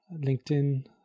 LinkedIn